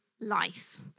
life